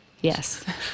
Yes